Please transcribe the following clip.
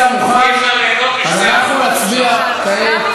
מבקש להסתפק בדברים או מבקש להעביר לדיון